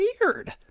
weird